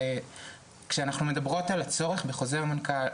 כאשר אנחנו מדברות על הצורך בחוזר מנכ"ל,